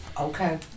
Okay